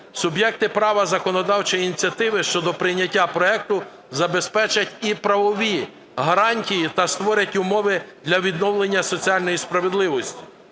Суб'єкти права законодавчої ініціативи щодо прийняття проекту забезпечать і правові гарантії та створять умови для відновлення соціальної справедливості.